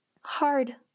hard